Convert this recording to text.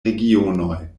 regionoj